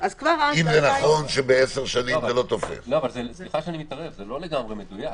זה לא לגמרי מדויק.